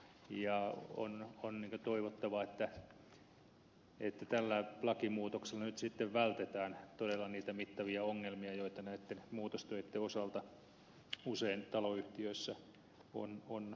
ja on toivottavaa että tällä lakimuutoksella nyt sitten vältetään todella niitä mittavia ongelmia joita näitten muutostöitten osalta usein taloyhtiöissä on ollut